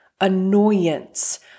annoyance